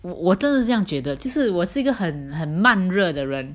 我真是这样觉得其实我是一个很很慢热的人